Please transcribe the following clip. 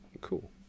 Cool